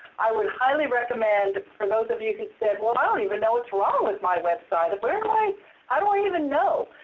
i would highly recommend for those of you who said, well, and i don't even know what's wrong with my website! where do i i don't even know!